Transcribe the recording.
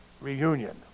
reunion